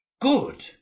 good